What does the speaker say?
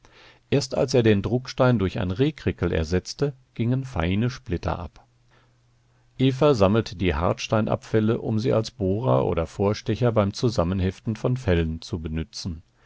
erst als er den druckstein durch ein rehkrickel ersetzte gingen feine splitter ab eva sammelte die hartsteinabfälle um sie als bohrer oder vorstecher beim zusammenheften von fellen zu benützen